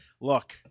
Look